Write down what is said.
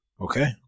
Okay